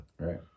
Right